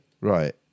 right